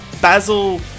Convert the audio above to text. Basil